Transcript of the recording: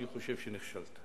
אני חושב שנכשלת,